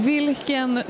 Vilken